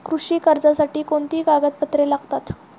कृषी कर्जासाठी कोणती कागदपत्रे लागतात?